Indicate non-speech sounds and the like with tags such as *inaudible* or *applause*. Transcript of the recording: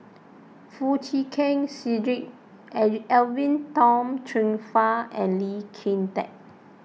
Foo Chee Keng Cedric *unintelligible* Edwin Tong Chun Fai and Lee Kin Tat